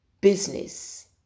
business